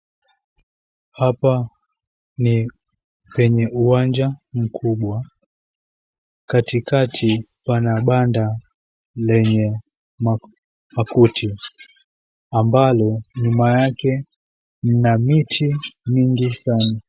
Hapa ni kwenye uwanja mkubwa. Katikati, pana banda lenye ma makuti, ambalo nyuma yake ni mamiti mingi sana.